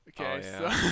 Okay